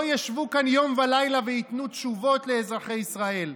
לא ישבו כאן יום ולילה וייתנו תשובות לאזרחי ישראל.